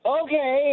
okay